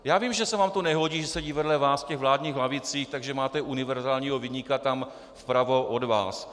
Já vím, že se vám to nehodí, že sedí vedle vás ve vládních lavicích, takže máte univerzálního viníka vpravo od vás.